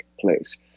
place